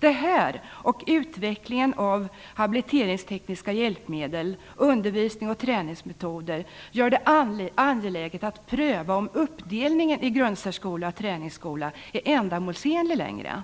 Detta plus utvecklingen av habiliteringstekniska hjälpmedel, undervisning och träningsmetoder gör det angeläget att pröva om uppdelningen i grundsärskola och träningsskola är ändamålsenlig längre.